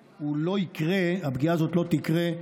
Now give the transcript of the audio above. הפגיעה הזאת לא תקרה,